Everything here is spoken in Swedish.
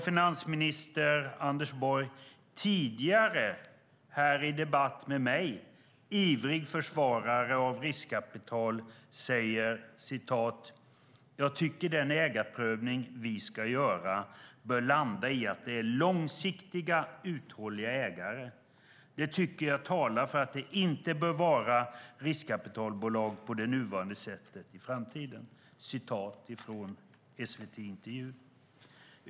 Finansminister Anders Borg, tidigare i debatt med mig en ivrig försvarare av riskkapital, har sagt: Jag tycker att den ägarprövning vi ska göra bör landa i att det är långsiktiga uthålliga ägare. Det tycker jag talar för att det inte bör vara riskkapitalbolag på det nuvarande sättet i framtiden. Så sade han i en SVT-intervju.